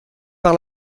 par